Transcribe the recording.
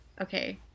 okay